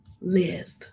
live